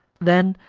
then,